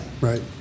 Right